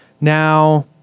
Now